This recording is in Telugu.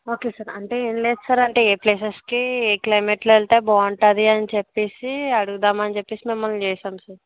ఓకే సార్ అంటే ఏం లేదు సార్ అంటే ఏ ప్లేసెస్కి ఏ క్లైమేట్లో వెళ్తే బావుంటుంది అని చెప్పేసి అడుగుదామని చెప్పేసి మిమ్మల్ని చేసాం సార్